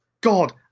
God